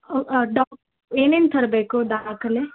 ಡೊಕ್ ಏನೇನು ತರಬೇಕು ದಾಖಲೆ